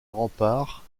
remparts